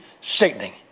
Sickening